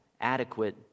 adequate